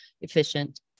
efficient